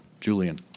Julian